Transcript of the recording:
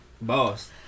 boss